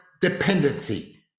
dependency